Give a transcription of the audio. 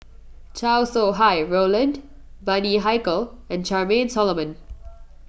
Chow Sau Hai Roland Bani Haykal and Charmaine Solomon